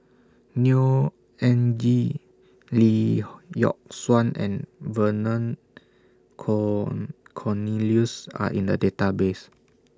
Neo Anngee Lee Yock Suan and Vernon corn Cornelius Are in The Database